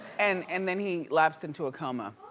and and then he lapsed into a coma.